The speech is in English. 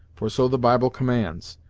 for so the bible commands,